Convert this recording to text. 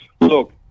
Look